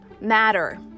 matter